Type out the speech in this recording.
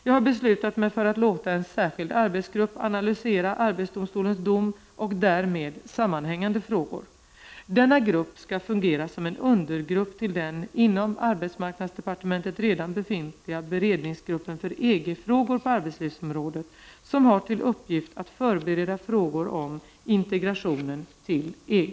Jag har beslutat mig för att låta en särskild arbetsgrupp analysera arbetsdomstolens dom och därmed samanhängande frågor. Denna grupp skall fungera som en undergrupp till den inom arbetsmarknadsdepartementet redan befintliga beredningsgruppen för EG-frågor på arbetslivsområdet, som har till uppgift att förbereda frågor om integrationen till EG.